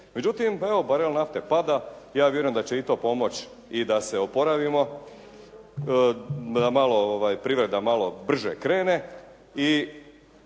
Međutim evo barel nafte pada, ja vjerujem da će i to pomoći i da se oporavimo, da privreda malo brže krene i